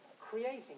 creating